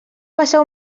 passa